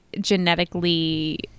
genetically